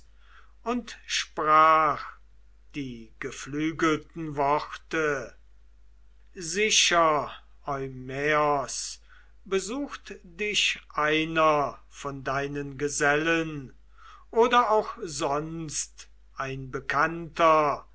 und sprach die geflügelten worte sicher eumaios besucht dich einer von deinen gesellen oder auch sonst ein bekannter